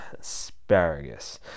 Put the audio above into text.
Asparagus